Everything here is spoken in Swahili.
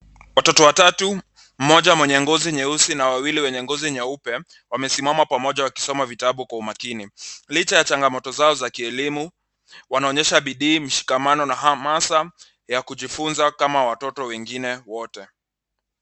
Watoto watatu, mmoja mwenye ngozi nyeusi na wawili wenye ngozi nyeupe, wamesimama pamoja wakisoma vitabu kwa umakini. Licha ya changamoto zao za kielimu, wanaonyesha bidii, mishikamano na hamasa ya kujifunza kama watoto wengine wote.